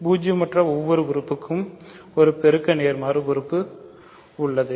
பூஜ்ஜியமற்ற ஒவ்வொரு உறுப்புக்கும் ஒரு பெருக்க நேர்மாறு உறுப்பு உள்ளது